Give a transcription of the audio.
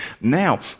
now